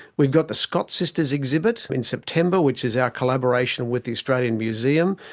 we've got the scott sisters exhibit in september which is our collaboration with the australian museum.